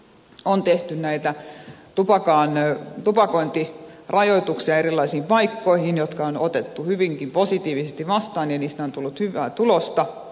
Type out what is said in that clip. on tehty näitä tupakointirajoituksia erilaisiin paikkoihin ja ne on otettu hyvinkin positiivisesti vastaan ja niistä on tullut hyvää tulosta